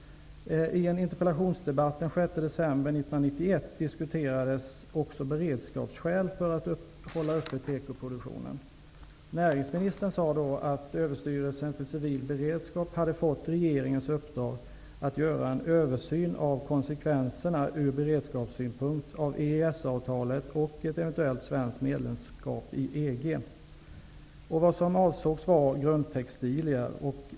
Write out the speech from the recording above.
I en interpellationsdebatt den 6 december 1991 diskuterades också beredskapsskäl för att hålla uppe tekoproduktionen. Näringsministern sade då att Överstyrelsen för civil beredskap hade fått regeringens uppdrag att göra en översyn av konsekvenserna ur beredskapssynpunkt av EES-avtalet och ett eventuellt svenskt medlemskap i EG. Det var grundtextilier som avsågs.